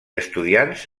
estudiants